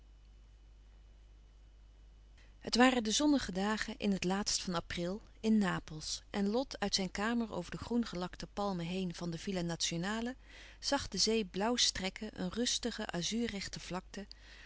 het waren de zonnige dagen in het laatst van april in napels en lot uit zijn kamer over de groengelakte palmen heen van de villa nazionale zag de zee blauw strekken een rustige